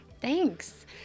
Thanks